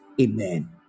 Amen